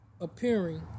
appearing